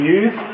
use